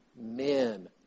men